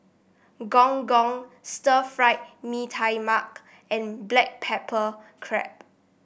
Gong Gong Stir Fry Mee Tai Mak and Black Pepper Crab